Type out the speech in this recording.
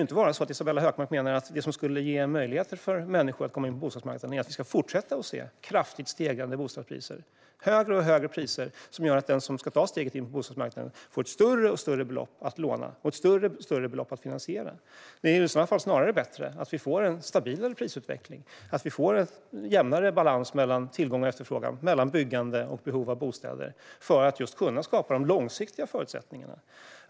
Isabella Hökmark kan inte mena att det som skulle ge möjligheter för människor att komma in på bostadsmarknaden är att vi ska fortsätta ha kraftigt stigande bostadspriser, högre och högre priser som gör att de som ska ta steget in på bostadsmarknaden får större och större belopp att låna och större och större belopp att finansiera. Det är bättre att vi får en stabilare prisutveckling och en jämnare balans mellan tillgång och efterfrågan, mellan byggande och behov av bostäder, för att kunna skapa de långsiktiga förutsättningarna.